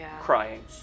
crying